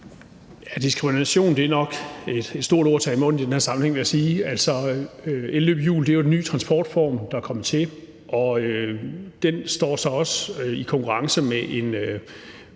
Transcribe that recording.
Diskrimination er nok et stort ord at tage i munden i den her sammenhæng, vil jeg sige. Elløbehjul er jo en ny transportform, der er kommet til. Den står så også i konkurrence med en